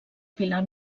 pilar